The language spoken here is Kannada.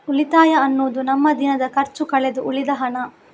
ಉಳಿತಾಯ ಅನ್ನುದು ನಮ್ಮ ದಿನದ ಖರ್ಚು ಕಳೆದು ಉಳಿದ ಹಣ